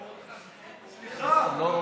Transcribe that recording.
סליחה.